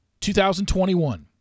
2021